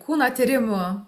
kūno tyrimų